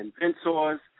inventors